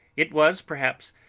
it was, perhaps,